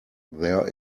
there